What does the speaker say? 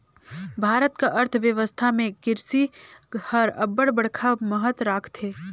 भारत कर अर्थबेवस्था में किरसी हर अब्बड़ बड़खा महत राखथे